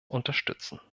unterstützen